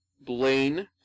Blaine